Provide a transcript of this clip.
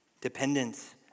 dependence